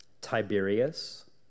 Tiberius